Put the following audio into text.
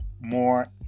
more